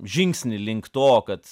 žingsnį link to kad